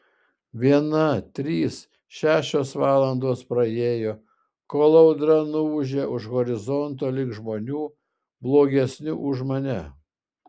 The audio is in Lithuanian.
viena trys šešios valandos praėjo kol audra nuūžė už horizonto link žmonių blogesnių už mane